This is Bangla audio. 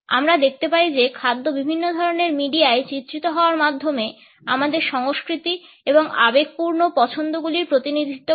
আমরা দেখতে পাই যে খাদ্য বিভিন্ন ধরনের মিডিয়ায় চিত্রিত হওয়ার মাধ্যমে আমাদের সংস্কৃতি এবং আবেগপূর্ণ পছন্দগুলির প্রতিনিধিত্ব করে